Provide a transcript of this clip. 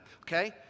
okay